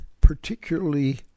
particularly